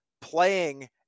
playing